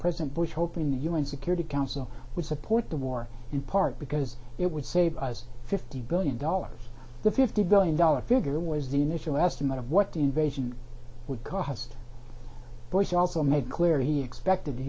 president bush hoping the u n security council would support the war in part because it would save us fifty billion dollars the fifty billion dollars figure was the initial estimate of what the invasion would cost boyce also made clear he expected